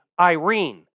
Irene